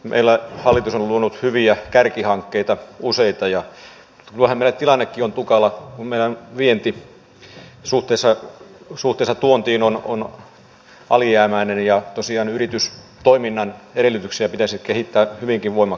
meillä hallitus on luonut useita hyviä kärkihankkeita ja kyllähän meillä tilannekin on tukala kun meidän vientimme suhteessa tuontiin on alijäämäinen ja tosiaan yritystoiminnan edellytyksiä pitäisi kehittää hyvinkin voimakkaasti